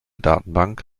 datenbank